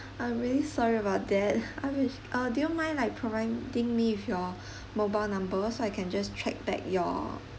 I'm really sorry about that I mean uh do you mind like providing me with your mobile number so I can just check back your